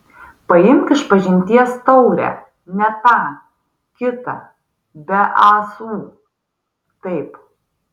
paimk išpažinties taurę ne tą kitą be ąsų taip